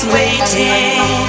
waiting